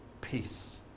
peace